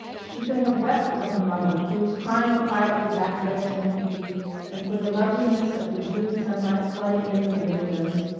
she could have wept for her mother, who was crying quietly back there ten feet and for the loveliness of the june sunlight flooding in at the windows.